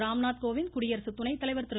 ராம்நாத் கோவிந்த் குடியரசு துணைத்தலைவர் திரு